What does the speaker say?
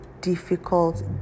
difficult